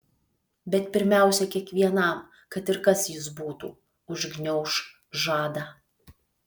bet pirmiausia kiekvienam kad ir kas jis būtų užgniauš žadą